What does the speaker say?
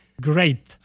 great